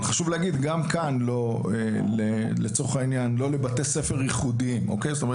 חשוב להגיד, גם כאן - לא לבתי ספר ייחודיים, למשל: